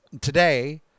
today